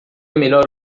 melhor